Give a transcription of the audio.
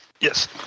Yes